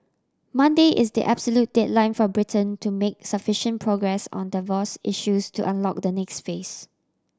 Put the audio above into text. Monday is the absolute deadline for Britain to make sufficient progress on divorce issues to unlock the next phase